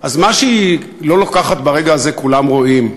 אז מה שהיא לא לוקחת ברגע הזה כולם רואים,